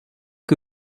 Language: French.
que